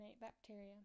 bacteria